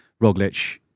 Roglic